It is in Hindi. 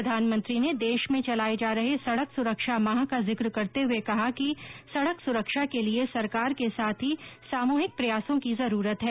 प्रधानमंत्री ने देश में चलाये जा रहे सड़क सुरक्षा माह का जिक करते हुए कहा कि सड़क सुरक्षा के लिए सरकार के साथ ही सामूहिक प्रयासों की जरूरत है